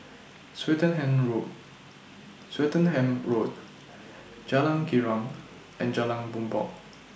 Swettenham Road Swettenham Road Jalan Girang and Jalan Bumbong